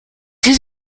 his